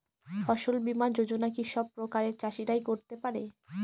ফসল বীমা যোজনা কি সব প্রকারের চাষীরাই করতে পরে?